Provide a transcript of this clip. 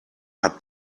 hat